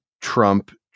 Trump